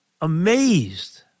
amazed